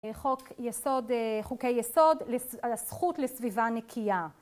חוק יסוד אה חוקי יסוד על הזכות לסביבה נקייה